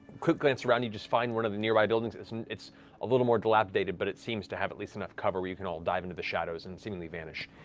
quick glance around, you find one of the nearby buildings. it's and it's a little more dilapidated, but it seems to have at least enough cover where you can all dive into the shadows and seemingly vanish.